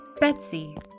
Betsy